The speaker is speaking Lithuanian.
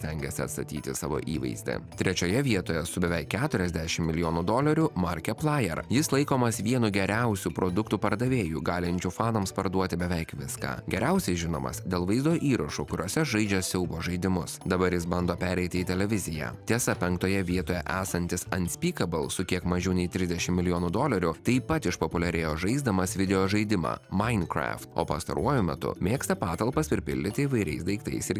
stengiasi atstatyti savo įvaizdį trečioje vietoje su beveik keturiasdešim milijonų dolerių markiplier jis laikomas vienu geriausių produktų pardavėjų galinčių fanams parduoti beveik viską geriausiai žinomas dėl vaizdo įrašų kuriuose žaidžia siaubo žaidimus dabar jis bando pereiti į televiziją tiesa penktoje vietoje esantis unspeakable su kiek mažiau nei trisdešim milijonų dolerių taip pat išpopuliarėjo žaisdamas video žaidimą minecraft o pastaruoju metu mėgsta patalpas pripildyti įvairiais daiktais ir